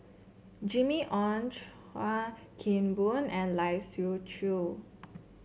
Jimmy Ong Chuan Keng Boon and Lai Siu Chiu